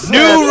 new